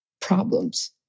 problems